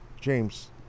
James